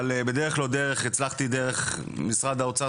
ובדרך לא דרך הצלחתי דרך משרד האוצר,